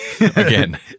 Again